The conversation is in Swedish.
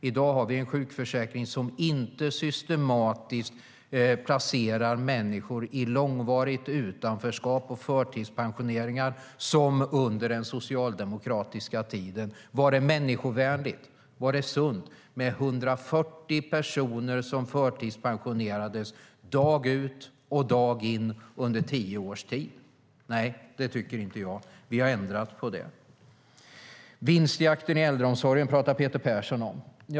I dag finns en sjukförsäkring som inte systematiskt placerar människor i långvarigt utanförskap och förtidspension, som under den socialdemokratiska tiden. Var det människovärdigt? Var det sunt med 140 personer som förtidspensionerades dag ut och dag in under tio års tid? Nej, det tycker inte jag. Vi har ändrat på det. Vinstjakten i äldreomsorgen, talar Peter Persson om.